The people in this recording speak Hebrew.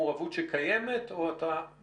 מעורבות שקיימת, או שאתה